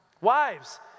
Wives